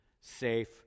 safe